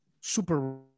super